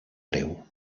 breu